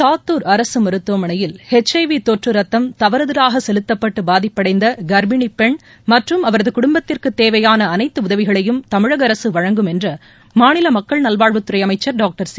சாத்தூர் அரசு மருத்துவமனையில் ஹெச்ஐவி தொற்று ரத்தம் தவறுதவாக செலுத்தப்பட்டு பாதிப்படைந்த கர்ப்பிணி பெண் மற்றும் அவரது குடும்பத்திற்கு தேவையான அனைத்து உதவிகளையும் தமிழக அரசு வழங்கும் என்று மாநில மக்கள் நல்வாழ்வுத்துறை அமைச்சர் டாக்டர் சி